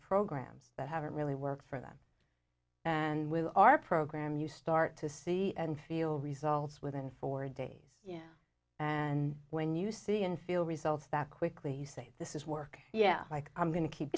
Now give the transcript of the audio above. programs that haven't really worked for them and with our program you start to see and feel results within four days yeah and when you see and feel results that quickly you say this is work yeah like i'm going to keep